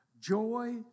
Joy